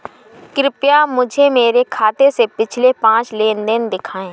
कृपया मुझे मेरे खाते से पिछले पांच लेन देन दिखाएं